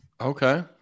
Okay